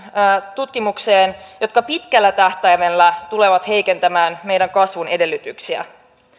tutkimukseen kohdistuvia menoleikkauksia jotka pitkällä tähtäimellä tulevat heikentämään meidän kasvun edellytyksiä